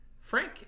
Frank